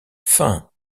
fin